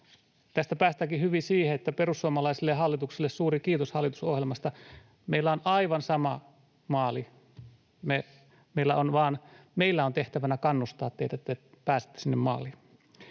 Tästä päästäänkin hyvin siihen, että perussuomalaiselle hallitukselle suuri kiitos hallitusohjelmasta — meillä on aivan sama maali. Meillä vain on tehtävänä kannustaa teitä, että te pääsette sinne maaliin.